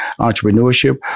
entrepreneurship